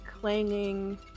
clanging